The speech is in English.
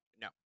no